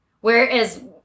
Whereas